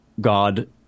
god